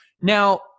Now